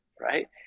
right